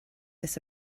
this